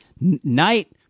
Night